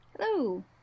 Hello